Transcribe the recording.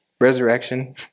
Resurrection